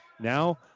Now